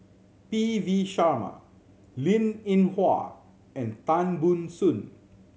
P V Sharma Linn In Hua and Tan Ban Soon